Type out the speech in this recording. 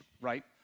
right